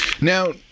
Now